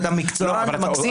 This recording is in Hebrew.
אתה מקצוען ומקסים.